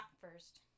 first